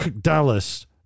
Dallas